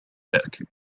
ذاك